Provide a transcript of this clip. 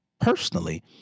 personally